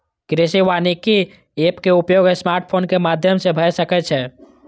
कृषि वानिकी एप के उपयोग स्मार्टफोनक माध्यम सं भए सकै छै